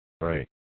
Right